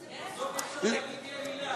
בסוף לא יהיה אפשר להגיד מילה.